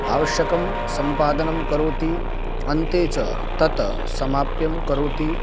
आवश्यकं सम्पादनं करोति अन्ते च तत् समाप्यं करोति